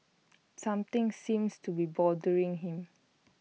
something seems to be bothering him